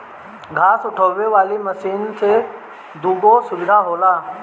घास उठावे वाली मशीन में दूगो सुविधा होला